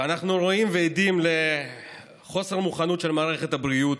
ואנחנו רואים ועדים לחוסר המוכנות של מערכת הבריאות,